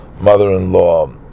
mother-in-law